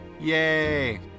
Yay